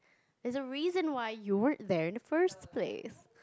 is a reason why you would then first place